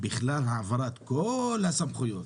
העברת כל הסמכויות.